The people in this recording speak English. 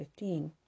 2015